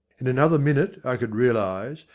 in another minute i could realize,